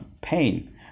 pain